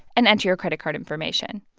and enter your credit card information.